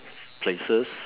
places